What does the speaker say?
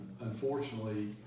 unfortunately